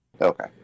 Okay